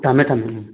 ꯊꯝꯃꯦ ꯊꯝꯃꯦ ꯎꯝ